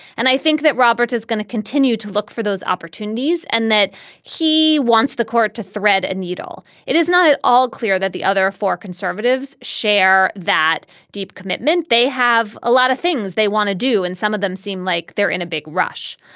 and i think that roberts is going to continue to look for those opportunities and that he wants the court to thread a needle. it is not at all clear that the other four conservatives share that deep commitment. they have a lot of things they want to do and some of them seem like they're in a big rush.